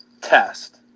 test